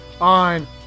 on